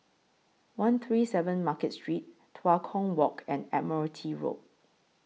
one three seven Market Street Tua Kong Walk and Admiralty Road